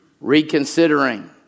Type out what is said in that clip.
Reconsidering